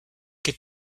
that